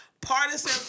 Partisan